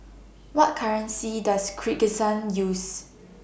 What currency Does Kyrgyzstan use